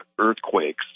earthquakes